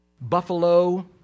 buffalo